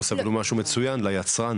הוא עושה אפילו משהו מצוין ליצרן.